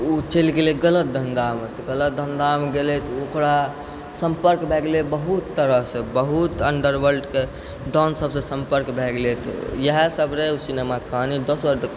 उ चलि गेलै गलत धन्धामे गलत धन्धामे गेलै तऽ ओकरा सम्पर्क भए गेलै बहुत तरहसँ बहुत अण्डरवर्ल्डके डॉन सबसँ सम्पर्क भए गेलै इएह सभ रहै उ सिनेमामे कहानी दोसर तऽ